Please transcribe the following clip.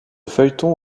feuilleton